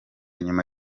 nyuma